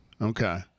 Okay